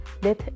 death